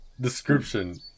description